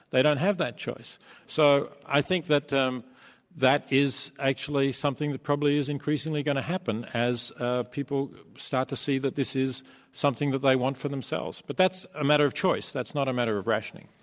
they don't have that choice. so i think that that is actually something that probably is increasingly going to happen as ah people start to see that this is something that they want for themselves. but that's a matter of choice. that's not a matter of rationing.